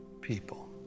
people